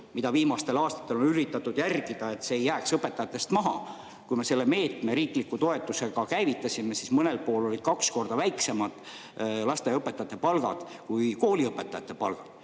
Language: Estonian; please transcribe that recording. mida viimastel aastatel on üritatud järgida, et see ei jääks õpetajatest maha – kui me selle meetme riikliku toetusega käivitasime, siis mõnel pool olid lasteaiaõpetajate palgad kaks korda väiksemad kui kooliõpetajate palgad.